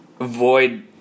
avoid